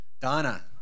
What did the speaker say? Donna